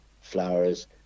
flowers